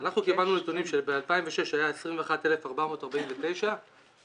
אנחנו קיבלנו נתונים שב-2006 היה 21,449 וראינו